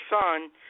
son